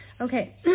okay